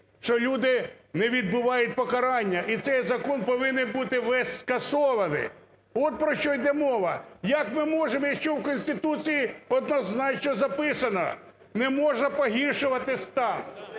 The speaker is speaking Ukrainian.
що люди не відбувають покарання, і цей закон повинен бути весь скасований. От, про що йде мова. Як ми можемо, якщо в Конституції однозначно записано: не можна погіршувати стан.